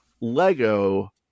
Lego